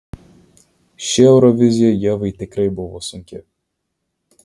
ši eurovizija ievai tikrai buvo sunki